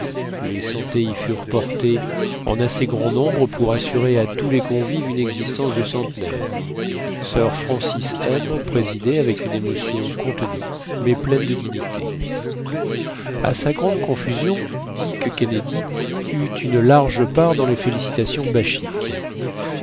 les santés y furent portées en assez grand nombre pour assurer à tous les convives une existence de centenaires sir francis m présidait avec une émotion contenue mais pleine de dignité a sa grande confusion dick kennedy eut une large part dans les félicitations